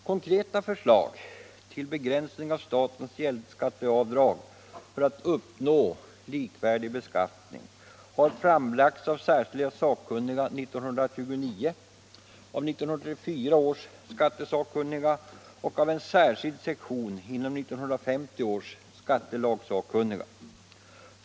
Konkreta förslag till begränsning av statens gäldränteavdrag för att uppnå likvärdig beskattning har framlagts av särskilda sakkunniga år 1929, av 1944 års skattesakkunniga och av en särskild sektion inom 1950 års skattelagssakkunniga.